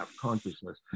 consciousness